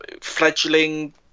fledgling